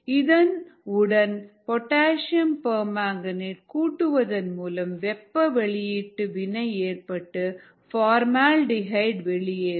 இதன் உடன் potassium permanganate கூட்டுவதன் மூலம் வெப்ப வெளியீட்டு வினை ஏற்பட்டு ஃபார்மால்டிஹைடு வெளியேறும்